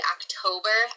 October